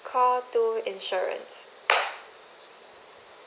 call two insurance